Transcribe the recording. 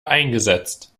eingesetzt